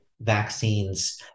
vaccines